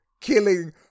Killing